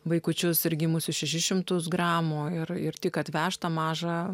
vaikučius ir gimusius šešis šimtus gramų ir ir tik kad vežtą mažą